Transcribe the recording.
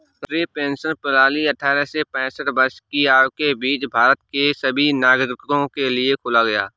राष्ट्रीय पेंशन प्रणाली अट्ठारह से पेंसठ वर्ष की आयु के बीच भारत के सभी नागरिकों के लिए खोला गया